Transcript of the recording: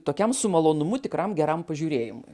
tokiam su malonumu tikram geram pažiūrėjimu